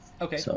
Okay